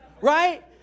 Right